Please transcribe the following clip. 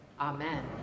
amen